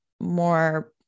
more